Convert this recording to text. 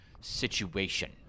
situation